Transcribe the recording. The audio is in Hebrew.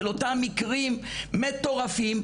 של אותם מקרים מטורפים,